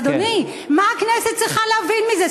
אדוני, מה הכנסת צריכה להבין מזה?